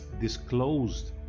disclosed